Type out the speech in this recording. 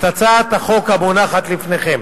את הצעת החוק המונחת לפניכם.